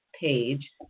page